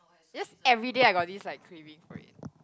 just everyday I got this like craving for it